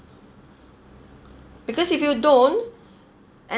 because if you don't and